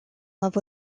love